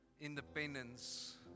independence